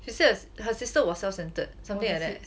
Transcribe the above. she said her sister was self-centered something like that